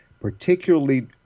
particularly